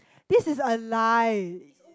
this is a lie